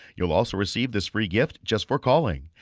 you'll also receive this free gift just for calling.